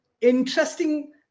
interesting